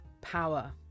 power